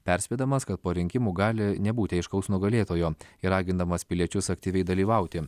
perspėdamas kad po rinkimų gali nebūti aiškaus nugalėtojo ir ragindamas piliečius aktyviai dalyvauti